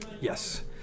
Yes